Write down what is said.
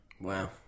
wow